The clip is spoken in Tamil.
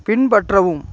பின்பற்றவும்